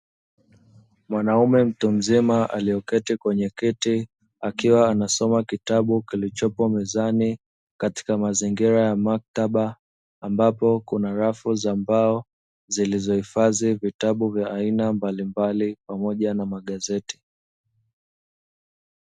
Mwanaume mtu mzima aliyeketi kwenye kiti, akiwa anasoma kitabu kilichopo mezani, katika mazingira ya maktaba. Ambapo kuna rafu za mbao, zilizohifadhi vitabu vya aina mbalimbali, pamoja na magazeti.